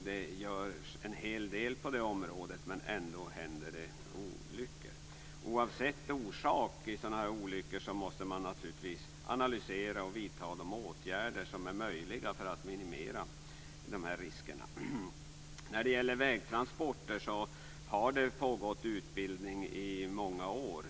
Det görs en hel del på detta område, men det händer ändå olyckor. Oavsett orsaken till sådana olyckor måste man naturligtvis analysera och vidta de åtgärder som är möjliga för att minimera riskerna. När det gäller vägtransporter har det pågått utbildning i många år.